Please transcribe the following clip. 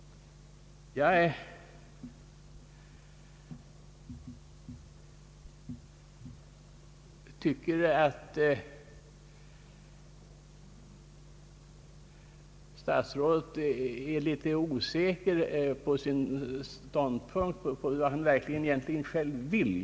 Jag tycker att statsrådet förefaller att vara litet osäker om vad han verkligen själv vill.